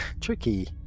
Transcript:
Tricky